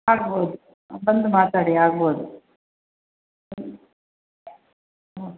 ಆಗ್ಬೋದು ಬಂದು ಮಾತಾಡಿ ಆಗ್ಬೋದು